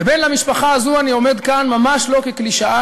כבן למשפחה הזו אני עומד כאן, ממש לא כקלישאה,